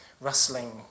rustling